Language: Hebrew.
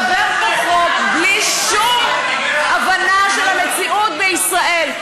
עובר פה חוק בלי שום הבנה של המציאות בישראל.